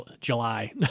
July